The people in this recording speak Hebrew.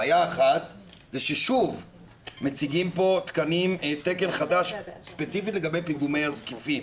בעיה אחת זה ששוב מציגים פה תקן חדש ספציפית לגבי פיגומי הזקיפים.